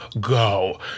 go